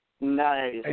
Nice